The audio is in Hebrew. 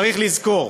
צריך לזכור: